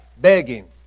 begging